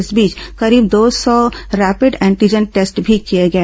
इस बीच करीब दो सौ रैपिड एंटीजन टेस्ट भी किए गए